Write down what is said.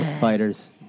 fighters